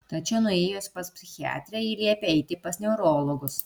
tačiau nuėjus pas psichiatrę ji liepė eiti pas neurologus